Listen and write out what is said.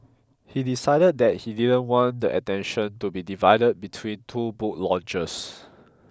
he decided that he didn't want the attention to be divided between two book launches